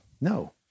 no